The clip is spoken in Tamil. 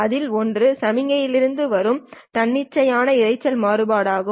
அதில் ஒன்று சமிக்ஞையிலிருந்து வரும் தன்னிச்சையான இரைச்சல் மாறுபாடு ஆகும்